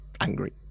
angry